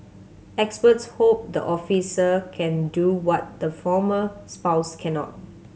experts hope the officer can do what the former spouse cannot